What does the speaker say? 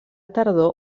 tardor